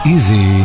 Easy